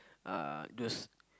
uh those